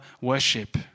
worship